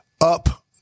Up